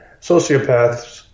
sociopaths